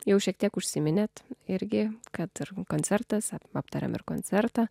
jau šiek tiek užsiminėte irgi kad ir koncertas aptariame ir koncertą